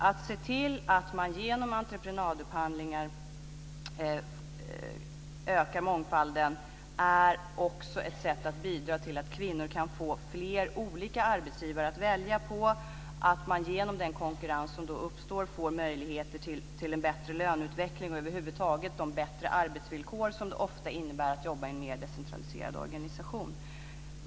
Att genom entreprenadupphandlingar öka mångfalden är också ett sätt att bidra till att kvinnor kan få fler olika arbetsgivare att välja emellan. Genom den konkurrens som då uppstår kan man få möjligheter till en bättre löneutveckling och över huvud till de bättre arbetsvillkor som det ofta innebär att jobba i en mer decentraliserad organisation.